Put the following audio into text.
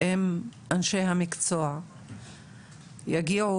שאם אנשי המקצוע יגיעו